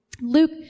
Luke